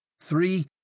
Three